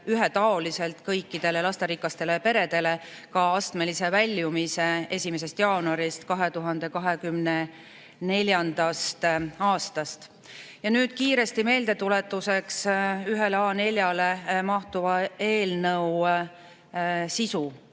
ühetaoliselt kõikidele lasterikastele peredele ka astmelise väljumise 1. jaanuarist 2024. Ja nüüd kiiresti meeldetuletuseks ühele A4‑le mahtuva eelnõu sisu.